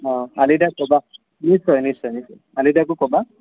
অঁ আলি দাক ক'বা নিশ্চয় নিশ্চয় নিশ্চয় আলি দাকো ক'বা